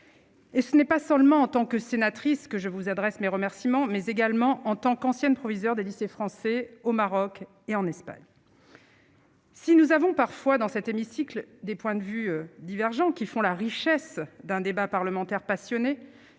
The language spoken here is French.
Et ce n'est pas seulement en tant que sénatrice que je vous adresse mes remerciements, mais également en tant qu'ancienne proviseur des lycées français au Maroc et en Espagne. Si nous avons parfois dans cet hémicycle des points de vue divergents qui font la richesse d'un débat parlementaire passionné,